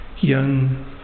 young